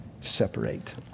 separate